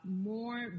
more